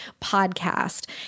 podcast